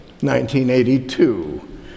1982